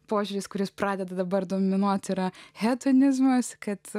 požiūris kuris pradeda dabar dominuoti yra hedonizmas kad